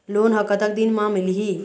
Loan ह कतक दिन मा मिलही?